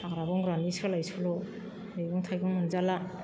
हाग्रा बंग्रानि सोलायसोल' मैगं थाइगं मोनजाला